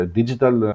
digital